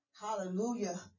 Hallelujah